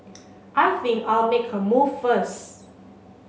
I think I'll make a move first